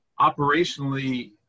operationally